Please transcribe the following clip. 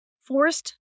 Forced